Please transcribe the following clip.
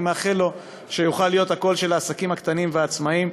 אני מאחל לו שהוא יוכל להיות הקול של העסקים הקטנים והעצמאיים.